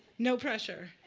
no pressure.